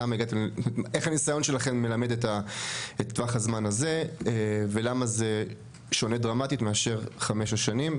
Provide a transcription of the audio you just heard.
איך הניסיון שלכם אומד את טווח הזמן הזה ולמה זה שונה דרמטית מחמש שנים.